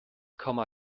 komma